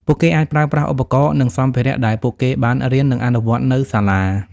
ពួកគេអាចប្រើប្រាស់ឧបករណ៍ និងសម្ភារៈដែលពួកគេបានរៀន និងអនុវត្តនៅសាលា។